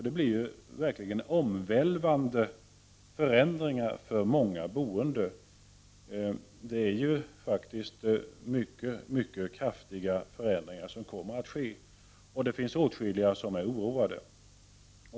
Det blir verkligen omvälvande förändringar för många boende. Mycket kraftiga förändringar kommer att ske. Det finns åtskilliga som är oroade.